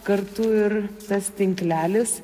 kartu ir tas tinklelis